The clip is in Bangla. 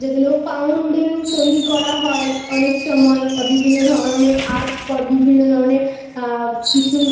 যেগুলো ফন্ডেন্ট তৈরি করা হয় অনেক সময় বিভিন্ন ধরনের আর্ট করে বিভিন্ন ধরনের কিছু